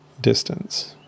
distance